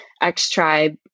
X-Tribe